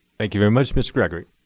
thank you very much, mr. gregory.